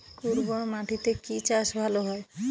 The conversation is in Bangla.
উর্বর মাটিতে কি চাষ ভালো হয়?